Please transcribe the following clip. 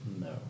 no